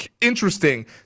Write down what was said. interesting